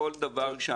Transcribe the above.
כל דבר שאנחנו,